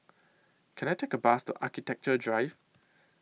Can I Take A Bus to Architecture Drive